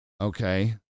Okay